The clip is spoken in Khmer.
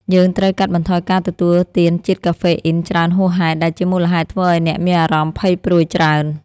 យើងត្រូវកាត់បន្ថយការទទួលទានជាតិកាហ្វេអ៊ីនច្រើនហួសហេតុ ដែលជាមូលហេតុធ្វើឱ្យអ្នកមានអារម្មណ៍ភ័យព្រួយច្រើន។